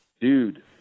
dude